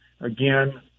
again